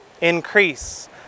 Increase